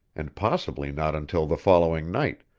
and possibly not until the following night,